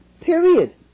Period